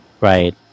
right